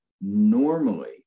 normally